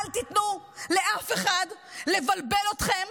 אל תיתנו לאף אחד לבלבל אתכם